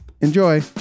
Enjoy